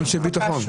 הם לא אנשי ביטחון?